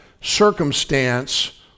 circumstance